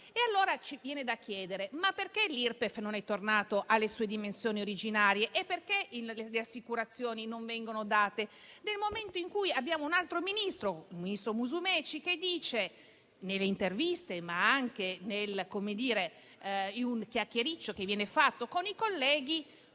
allora da chiedere perché l'Irpef non è tornato alle sue dimensioni originarie e perché le assicurazioni non vengono date, nel momento in cui abbiamo un altro ministro, il ministro Musumeci, che dice nelle interviste, ma anche nel chiacchiericcio con i colleghi,